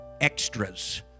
extras